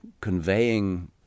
conveying